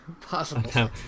possible